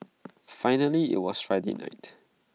finally IT was Friday night